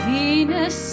Venus